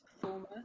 performer